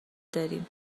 داریم